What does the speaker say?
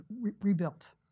rebuilt